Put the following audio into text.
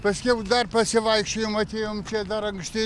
paskiau dar pasivaikščiojom atėjom čia dar anksti